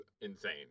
insane